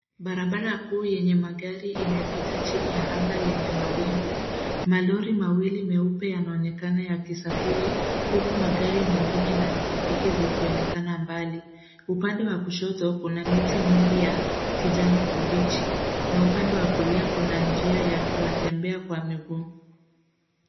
Barabara kuu yenye magari imepita chini ya anga lenye mawingu. Malori mawili meupe yanaonekana yakisafiri huku magari mengine na pikipiki zikionekana mbali. Upande wa kushoto kuna miti mingi ya kijani kibichi, na upande wa kulia kuna njia ya watembea kwa miguu.